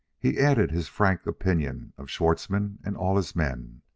he added his frank opinion of schwartzmann and all his men.